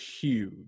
huge